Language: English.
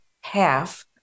half